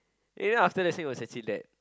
you know after lesson it was actually that